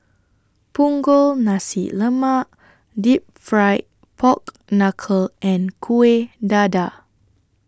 Punggol Nasi Lemak Deep Fried Pork Knuckle and Kueh Dadar